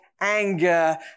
anger